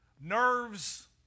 nerves